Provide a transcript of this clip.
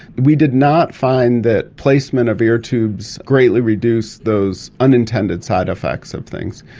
we did not find that placement of ear tubes greatly reduced those unintended side effects of things.